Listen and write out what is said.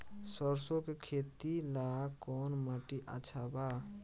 सरसों के खेती ला कवन माटी अच्छा बा?